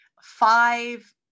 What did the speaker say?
five